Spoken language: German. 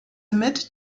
mit